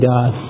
God